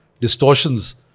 distortions